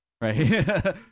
right